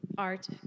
Art